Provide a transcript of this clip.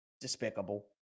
Despicable